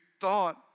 thought